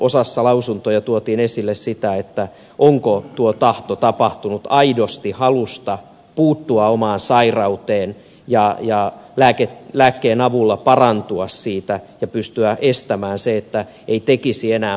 osassa lausuntoja tuotiin esille se että sillä on vaikutusta onko tuo tahto tapahtunut aidosta halusta puuttua omaan sairauteen ja halusta lääkkeen avulla parantua siitä ja pystyä estämään se että ei tekisi enää pahaa